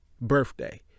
birthday